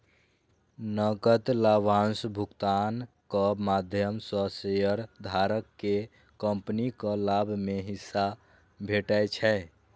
नकद लाभांश भुगतानक माध्यम सं शेयरधारक कें कंपनीक लाभ मे हिस्सा भेटै छै